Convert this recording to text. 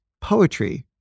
poetry